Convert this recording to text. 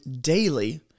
daily